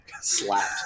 slapped